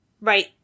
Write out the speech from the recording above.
right